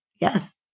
Yes